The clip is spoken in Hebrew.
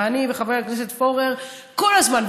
ואני וחבר הכנסת פורר כל הזמן,